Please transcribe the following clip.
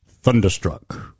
Thunderstruck